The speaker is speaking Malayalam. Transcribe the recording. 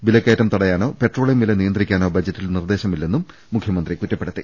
വിലക്ക യറ്റം തടയാനോ പെട്രോളിയം വില നിയന്ത്രിക്കാനോ ബജറ്റിൽ നിർദേ ശമില്ലെന്നും മുഖ്യമന്ത്രി കുറ്റപ്പെടുത്തി